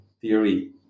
theory